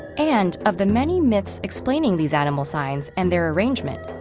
and of the many myths explaining these animal signs and their arrangement,